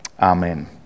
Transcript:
amen